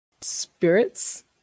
spirits